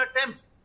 attempts